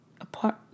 apart